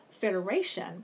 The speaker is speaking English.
Federation